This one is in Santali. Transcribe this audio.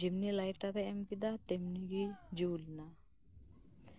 ᱡᱮᱢᱱᱤ ᱞᱟᱭᱴᱟᱨ ᱮ ᱮᱢ ᱠᱮᱫᱟ ᱛᱮᱢᱱᱤ ᱜᱮ ᱡᱩᱞ ᱮᱱᱟ